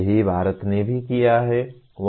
यही भारत ने भी किया है